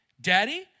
Daddy